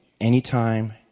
anytime